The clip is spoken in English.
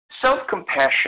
Self-compassion